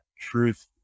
truth